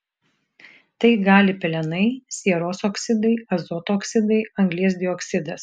tai gali pelenai sieros oksidai azoto oksidai anglies dioksidas